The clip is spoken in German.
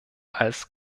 als